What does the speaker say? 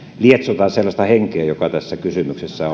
lietsotaan sellaista henkeä joka tässä kysymyksessä